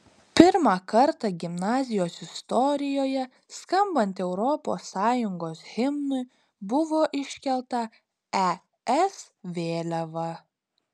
pirmą kartą gimnazijos istorijoje skambant europos sąjungos himnui buvo iškelta es vėliava